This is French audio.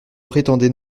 prétendait